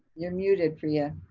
you're muted priya.